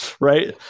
Right